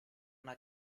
una